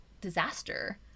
disaster